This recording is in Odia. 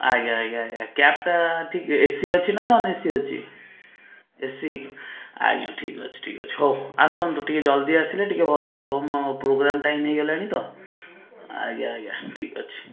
ଆଜ୍ଞା ଆଜ୍ଞା ଆଜ୍ଞା କ୍ୟାବଟା ଠିକ୍ ଏ ସି ଅଛି ନା ନନ ଏ ସି ଅଛି ଏ ସି ଆଜ୍ଞା ଠିକ୍ଅଛି ଠିକ୍ଅଛି ହଉ ଆସନ୍ତୁ ଟିକିଏ ଜଲଦି ଆସିଲେ ଟିକିଏ ଭଲ ହବ ମୋ ପ୍ରୋଗ୍ରାମ ଟାଇମ ହେଇଗଲାଣି ତ ଆଜ୍ଞା ଆଜ୍ଞା ଠିକ୍ଅଛି